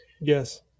yes